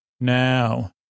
now